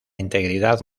integridad